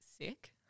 sick